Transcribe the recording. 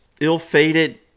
ill-fated